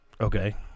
Okay